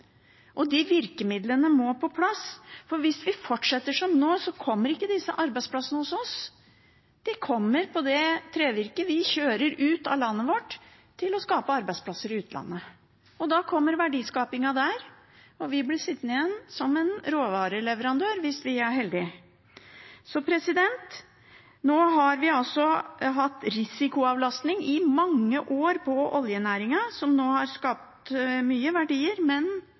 De virkemidlene må på plass, for hvis vi fortsetter som nå, kommer ikke disse arbeidsplassene hos oss, da kommer det trevirket vi kjører ut av landet vårt, til å skape arbeidsplasser i utlandet. Da kommer verdiskapingen der, og vi blir sittende igjen som en råvareleverandør – hvis vi er heldige. Nå har vi hatt risikoavlastning i mange år for oljenæringen, som nå har skapt mye verdier,